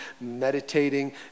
meditating